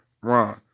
Ron